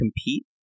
compete